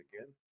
again